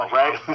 right